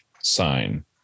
Sign